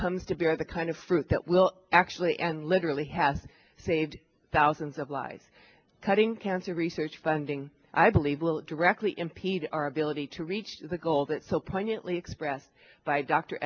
comes to bear the kind of fruit that will actually and literally has saved thousands of lives cutting cancer research funding i believe will directly impede our ability to reach the goal that so poignantly